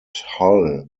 hull